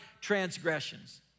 transgressions